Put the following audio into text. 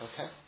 Okay